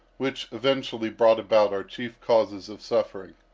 which eventually brought about our chief causes of suffering.